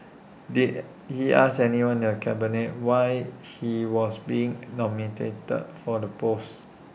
did he ask anyone in the cabinet why he was being nominated for the post